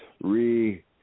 Re-